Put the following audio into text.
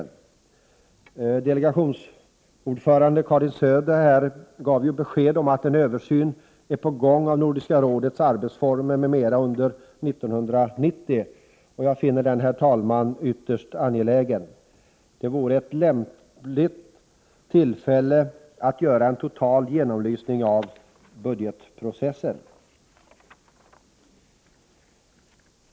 Den svenska delegationens ordförande Karin Söder gav besked om att en översyn är på gång av Nordiska rådets arbetsformer m.m. under 1990, och jag finner den översynen ytterst angelägen. Det vore ett lämpligt tillfälle att göra en total genomlysning av budgetprocessen.